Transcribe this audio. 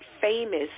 famous